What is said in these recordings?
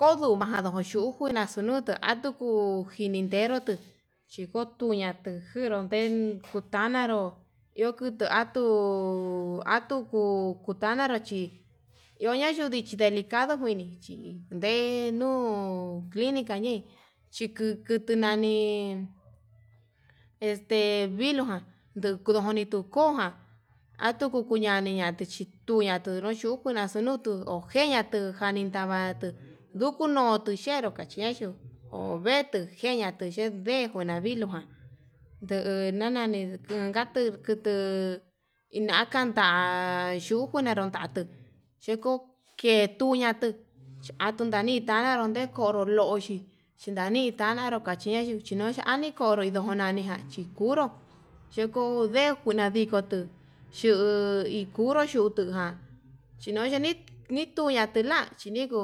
Koduu kuaxhunutu atuku njininteru tuu chikotuña tuu nguero, unte kuntanaro iho kutu atuu atuku tukutaña chí iho nakuu delicadu kuini chi nde nuu clinica ñe'e, chiku kutu nani este viluján nduku koni tuu koján atuku kuñani chí, tuñatu nuu yuku naxunutu ojeñatu janii ndavatu ndukuno tuu xhenró kache yuu avetuu xheñatu xhi deen njuina vilujan ndu'u nana, niinka turku tuu inan kanta yuku nikenro tate xhiko ketuñatuu chi atuu nandi tananró uu nde koro loxhii chinani tanaro kache'e, yuchinuxhi adui konro ndonani jan ndikuru chuku deen kuni kuinra diko nduu xhiu kunru yutuján, chinotayi nitula chi nda'a chindiko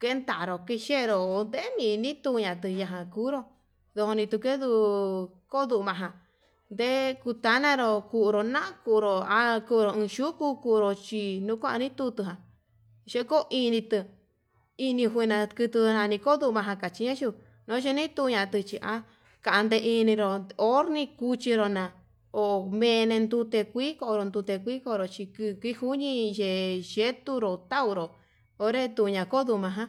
kendaruu niye'e nro ho ndenini uña tuyaja kuuro ndune tuu kenduu, kurunajan ndee kutanaro ndokuru na'a ndokuru há kuruu yukuu kunro chí nuu kuani tutua nikuinito, ini njuena kutuu nani njondó maja kachinuatu nuni njuia kuño há kande iniró onrni cuchi nrona'a ho mene ndute kuiko onde kuikoro, kukuñii yeye tunru tauro oye kuña'a ján.